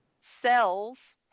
Cells